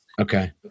Okay